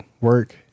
work